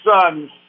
sons